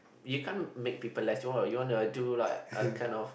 you can't make people less you want you wanna do lah a kind of